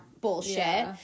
bullshit